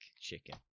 chicken